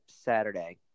Saturday